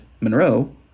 Monroe